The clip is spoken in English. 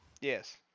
Yes